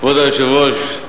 כבוד היושב-ראש,